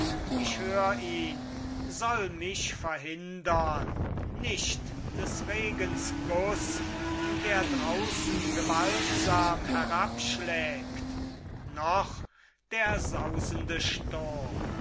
ich hör ihn soll mich verhindern nicht des regens guß der draußen gewaltsam herabschlägt noch der sausende sturm